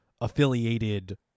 affiliated